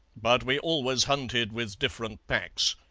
but we always hunted with different packs.